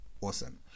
Awesome